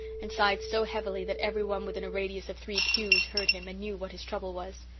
and sighed so heavily that every one within a radius of three pews heard him and knew what his trouble was.